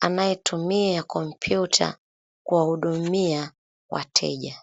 anayetumia komp𝑦uta kuwahudhumia wateja.